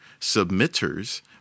submitters